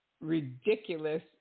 ridiculous